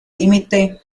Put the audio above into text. límite